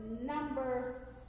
number